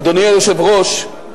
אדוני היושב-ראש,